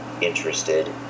interested